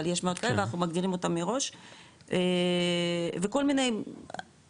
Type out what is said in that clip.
אבל מעט ואנחנו מגדירים אותם מראש וכל מיני מצבים